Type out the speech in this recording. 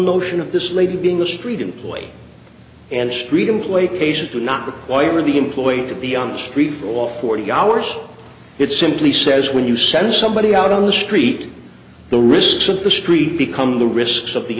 notion of this lady being the street employee and street employee patient do not require the employee to be on the street for a while forty hours it simply says when you send somebody out on the street the risks of the street become the risks of the